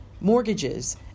mortgages